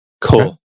Cool